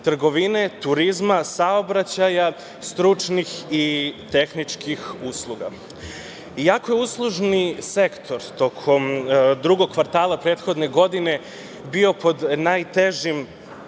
trgovine, turizma, saobraćaja, stručnih i tehničkih usluga. Iako je uslužni sektor tokom drugog kvartala prethodne godine bio pod najtežim